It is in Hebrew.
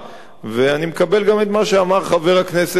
ואני מקבל גם את מה שאמר חבר הכנסת גילאון,